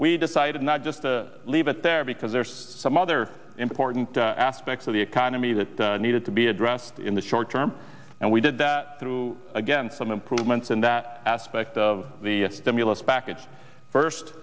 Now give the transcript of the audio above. we decided not just to leave it there because there's some other important aspects of the economy that needed to be addressed in the short term and we did that through again some improvements in that aspect of the stimulus package first